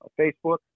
Facebook